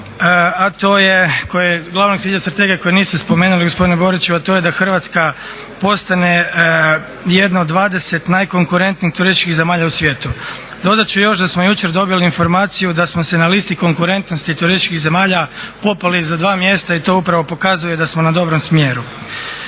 glavnog cilja strategije koji niste spomenuli gospodine Boriću, a to je da Hrvatska postane jedna od 20 najkonkurentnijih turističkih zemalja u svijetu. Dodat ću još da smo jučer dobili informaciju da smo se na listi konkurentnosti turističkih zemalja popeli za 2 mjesta i to upravo pokazuje da smo na dobrom smjeru.